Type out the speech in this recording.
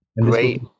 Great